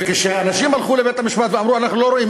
כשאנשים הלכו לבית-המשפט ואמרו: אנחנו לא רואים,